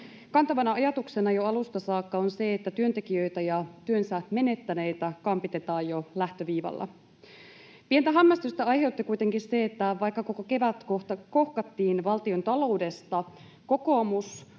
Kantavana ajatuksena jo alusta saakka on se, että työntekijöitä ja työnsä menettäneitä kampitetaan jo lähtöviivalla. Pientä hämmästystä aiheutti kuitenkin se, että vaikka koko kevät kohkattiin valtiontaloudesta, kokoomus